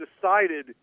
decided